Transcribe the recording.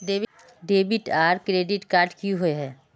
Debit आर credit card की होय?